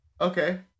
Okay